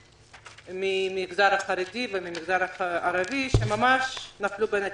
אנשים מן המגזר החרדי ומן המגזר הערבי שממש נפלו בין הכיסאות.